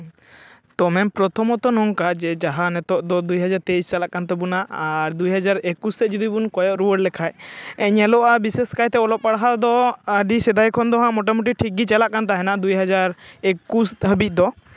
ᱛᱳ ᱢᱮᱢ ᱯᱨᱚᱛᱷᱚᱢᱚᱛᱚ ᱱᱚᱝᱠᱟ ᱡᱟᱦᱟᱸ ᱱᱤᱛᱳᱜ ᱫᱚ ᱫᱩ ᱦᱟᱡᱟᱨ ᱛᱮᱭᱤᱥ ᱪᱟᱞᱟᱜ ᱠᱟᱱ ᱛᱟᱵᱳᱱᱟ ᱟᱨ ᱫᱩ ᱦᱟᱡᱟᱨ ᱮᱠᱩᱥ ᱥᱮᱫ ᱡᱩᱫᱤ ᱵᱚᱱ ᱠᱚᱭᱚᱜ ᱨᱩᱣᱟᱹᱲ ᱞᱮᱠᱷᱟᱱ ᱧᱮᱞᱚᱜᱼᱟ ᱵᱤᱥᱮᱥ ᱠᱟᱭᱛᱮ ᱚᱞᱚᱜ ᱯᱟᱲᱦᱟᱣ ᱫᱚ ᱟᱹᱰᱤ ᱥᱮᱫᱟᱭ ᱠᱷᱚᱱ ᱫᱚ ᱦᱟᱸᱜ ᱢᱳᱴᱟᱢᱩᱴᱤ ᱴᱷᱤᱠ ᱜᱮ ᱪᱟᱞᱟᱜ ᱠᱟᱱ ᱛᱟᱦᱮᱱᱟ ᱫᱩ ᱦᱟᱡᱟᱨ ᱮᱠᱩᱥ ᱫᱷᱟᱹᱵᱤᱡ ᱫᱚ